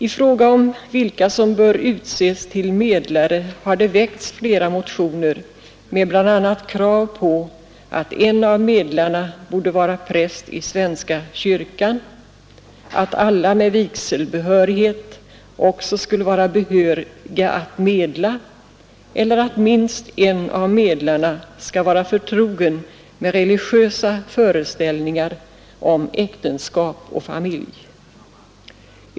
I fråga om vilka som bör utses till medlare har det väckts flera motioner med bl.a. krav på att en av medlarna borde vara präst i svenska kyrkan, att alla med vigselbehörighet också skulle vara behöriga att medla eller att minst en av medlarna skall vara förtrogen med religiösa föreställningar om äktenskap och familj.